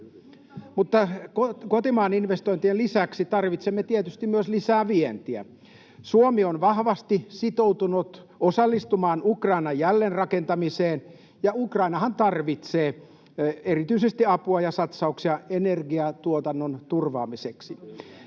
Kotimaan investointien lisäksi tarvitsemme tietysti myös lisää vientiä. Suomi on vahvasti sitoutunut osallistumaan Ukrainan jälleenrakentamiseen, ja Ukrainahan tarvitsee erityisesti apua ja satsauksia energiatuotannon turvaamiseksi.